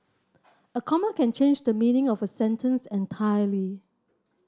a comma can change the meaning of a sentence entirely